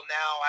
now